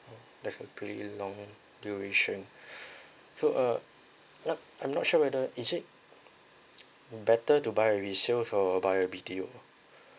that's a pretty long duration so uh not I'm not sure whether is it better to buy a resale or buy a B_T_O